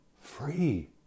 free